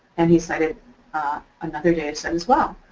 and he cited another dataset as well.